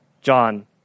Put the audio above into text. John